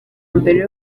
mbere